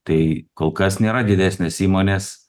tai kol kas nėra didesnės įmonės